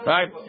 Right